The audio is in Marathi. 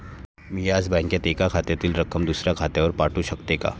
मी याच बँकेत एका खात्यातील रक्कम दुसऱ्या खात्यावर पाठवू शकते का?